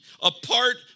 apart